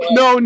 no